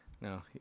No